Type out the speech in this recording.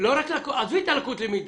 עזבי את לקות הלמידה.